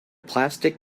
plastic